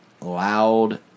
loud